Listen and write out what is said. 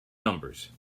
numbers